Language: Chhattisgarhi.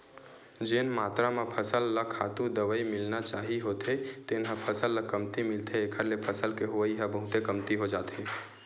जेन मातरा म फसल ल खातू, दवई मिलना चाही होथे तेन ह फसल ल कमती मिलथे एखर ले फसल के होवई ह बहुते कमती हो जाथे